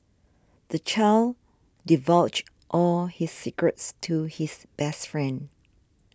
the child divulged all his secrets to his best friend